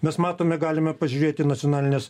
mes matome galime pažiūrėti nacionalines